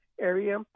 area